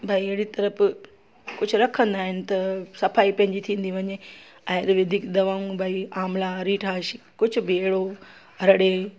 भई अहिड़ी तरफ़ कुझु रखंदा आहिनि त सफ़ाई पंहिंजी थींदी वञे आयुर्वेदिक दवाऊं भई आमला रीठाशिक कुझु बि अहिड़ो हड़े